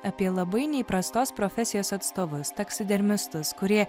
apie labai neįprastos profesijos atstovus taksidermistus kurie